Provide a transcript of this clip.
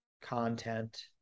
content